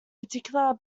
particular